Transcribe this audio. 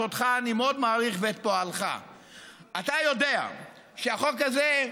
שאותך ואת פועלך אני מאוד מעריך: אתה יודע שהחוק הזה,